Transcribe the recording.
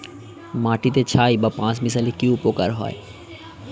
মাটিতে ছাই বা পাঁশ মিশালে কি উপকার হয়?